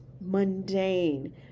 mundane